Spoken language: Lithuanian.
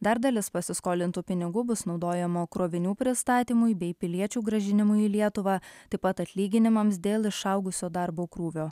dar dalis pasiskolintų pinigų bus naudojama krovinių pristatymui bei piliečių grąžinimui į lietuvą taip pat atlyginimams dėl išaugusio darbo krūvio